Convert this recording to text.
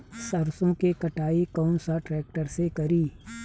सरसों के कटाई कौन सा ट्रैक्टर से करी?